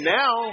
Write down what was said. now